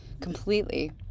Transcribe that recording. completely